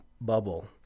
bubble